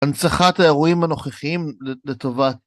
הנצחת האירועים הנוכחיים לטובת...